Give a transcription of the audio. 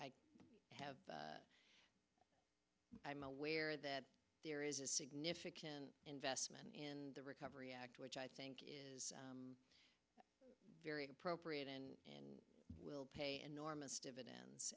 i have i am aware that there is a significant investment in the recovery act which i think is very appropriate and and will pay enormous dividends